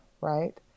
right